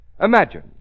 Imagine